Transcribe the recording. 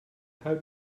how